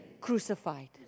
crucified